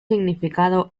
significado